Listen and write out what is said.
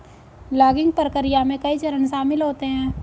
logging प्रक्रिया में कई चरण शामिल होते है